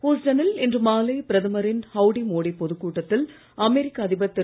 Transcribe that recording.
ஹுஸ்ட னில் இன்று மாலை பிரதமரின் ஹவ்டி மோடி பொதுக் கூட்டத்தில் அமெரிக்கா அதிபர் திரு